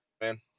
Man